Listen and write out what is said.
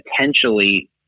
potentially